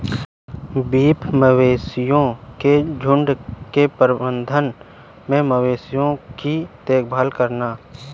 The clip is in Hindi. बीफ मवेशियों के झुंड के प्रबंधन में मवेशियों की देखभाल करना